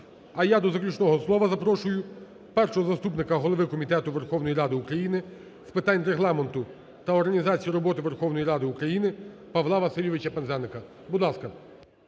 А я до заключного слова запрошую першого заступника голови Комітету Верховної Ради України з питань Регламенту та організації роботи Верховної Ради України Павла Васильовича Пинзеника. Будь ласка.